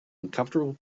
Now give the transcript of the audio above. uncomfortable